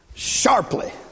Sharply